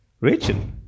Rachel